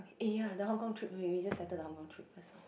eh ya the Hong-Kong trip we we just settle the Hong-Kong trip first